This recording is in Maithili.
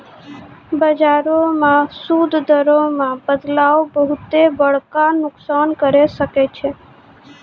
बजारो मे सूद दरो मे बदलाव बहुते बड़का नुकसान करै सकै छै